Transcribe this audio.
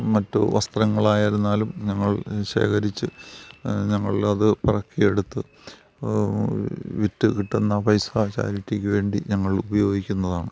മറ്റു വസ്ത്രങ്ങൾ ആയിരുന്നാലും ഞങ്ങൾ ശേഖരിച്ച് ഞങ്ങൾ അത് പെറുക്കിയെടുത്ത് വിറ്റ് കിട്ടുന്ന പൈസ ചാരിറ്റിക്ക് വേണ്ടി ഞങ്ങൾ ഉപയോഗിക്കുന്നതാണ്